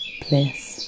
place